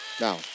Now